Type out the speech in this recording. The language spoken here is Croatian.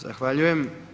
Zahvaljujem.